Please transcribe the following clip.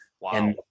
Wow